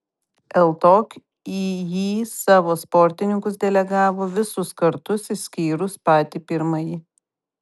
ltok į jį savo sportininkus delegavo visus kartus išskyrus patį pirmąjį